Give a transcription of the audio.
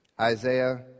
Isaiah